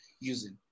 using